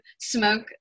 smoke